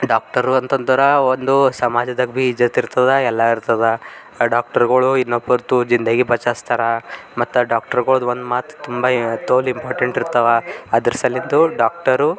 doctor ಅಂತಂದರೆ ಒಂದು ಸಮಾಜದಾಗ ಭೀ ಇಜ್ಜತ್ ಇರ್ತದೆ ಎಲ್ಲ ಇರ್ತದೆ ಆ ಡಾಕ್ಟರ್ಗಳು ಇನ್ನೊಬ್ರದ್ದು ಜಿಂದಗಿ ಬಚಾಸ್ತರ ಮತ್ತು ಆ ಡಾಕ್ಟರ್ಗಳ್ದು ಒಂದು ಮಾತು ತುಂಬ ತೋಲ್ ಇಂಪಾರ್ಟೆಂಟ್ ಇರ್ತವೆ ಅದರ ಸಲಿಂದು ಡಾಕ್ಟರು